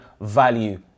value